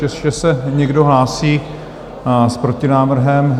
Ještě se někdo hlásí s protinávrhem?